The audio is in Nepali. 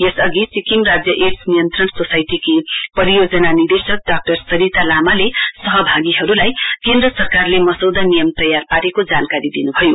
यस अघि सिक्किम राज्य एड्स नियन्त्रण सोसाइटीकी परियोजना निदेशक डाक्टर सरिता लामाले सहभागीहरूलाई केन्द्र सरकारले मसौदा नियम तयार पारेको जानकारी दिनुभयो